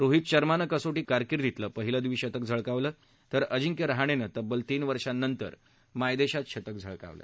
रोहीत शर्मान कसोटी कारकिर्दीतलं पहिलं द्विशतक झळकावलं तर अजिंक्य राहणातीतब्बल तीन वर्षानंतर मायदशीत शतक झळकावलं